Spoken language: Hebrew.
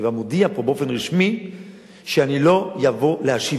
אני כבר מודיע פה באופן רשמי שאני לא אבוא להשיב.